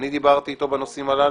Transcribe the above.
כשדיברתי אתו בנושאים הללו.